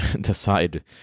decide